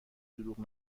دروغ